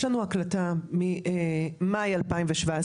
יש לנו הקלטה ממאי 2017,